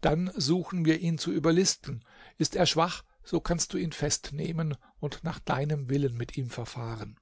dann suchen wir ihn zu überlisten ist er schwach so kannst du ihn festnehmen und nach deinem willen mit ihm verfahren